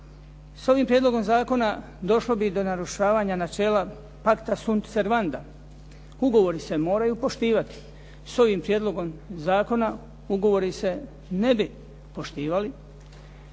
S ovim prijedlogom zakona došlo bi do načela narušavanja pakta sum servanda, ugovori se moraju poštivati. S ovima prijedlogom zakona ugovori se ne bi poštivali,